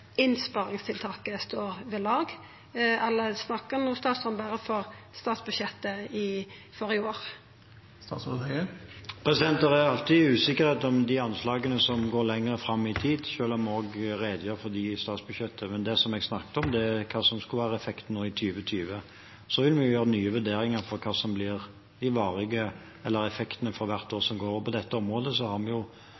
innsparingstiltaket står ved lag, eller snakkar no statsråden berre for statsbudsjettet førre året? Det er alltid usikkerhet om de anslagene som går lenger fram i tid, selv om vi også redegjør for dem i statsbudsjettet. Men det jeg snakket om, er hva som skulle være effekten nå i 2020. Så vil vi gjøre nye vurderinger av hva som blir effektene for hvert år